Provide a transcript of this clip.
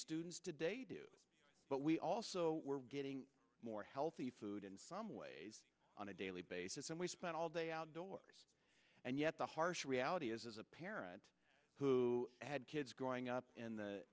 students today do but we also were getting more healthy food and some ways on a daily basis and we spent all day outdoors and yet the harsh reality is as a parent who had kids growing up in the